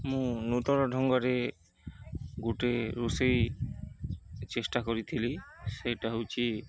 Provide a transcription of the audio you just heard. ମୁଁ ନୂତନ ଢଙ୍ଗରେ ଗୋଟେ ରୋଷେଇ ଚେଷ୍ଟା କରିଥିଲି ସେଇଟା ହେଉଛି